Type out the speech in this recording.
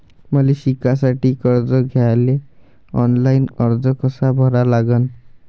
मले शिकासाठी कर्ज घ्याले ऑनलाईन अर्ज कसा भरा लागन?